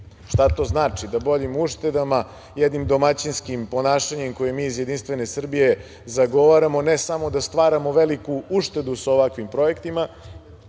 Šta to znači? Da boljim uštedama, jednim domaćinskim ponašanjem, koje mi iz JS zagovaramo, ne samo da stvaramo veliku uštedu sa ovakvim projektima,